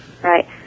Right